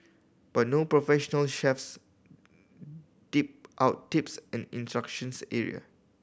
but no professional chefs dip out tips and instructions area